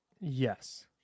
Yes